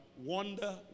wonder